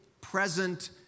present